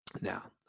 Now